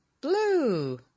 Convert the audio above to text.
blue